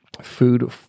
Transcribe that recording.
food